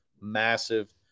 massive